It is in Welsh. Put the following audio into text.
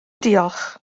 diolch